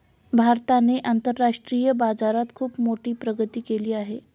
भारताने आंतरराष्ट्रीय बाजारात खुप मोठी प्रगती केली आहे